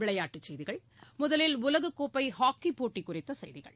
விளையாட்டுச் செய்திகள் முதலில் உலகக்கோப்பைஹாக்கிப் போட்டிகுறித்தசெய்திகள்